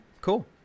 cool